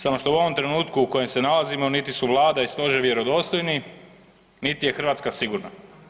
Samo što u ovom trenutku u kojem se nalazimo niti su Vlada i stožer vjerodostojni, niti je Hrvatska sigurna.